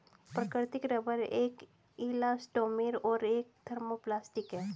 प्राकृतिक रबर एक इलास्टोमेर और एक थर्मोप्लास्टिक है